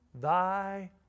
thy